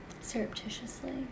surreptitiously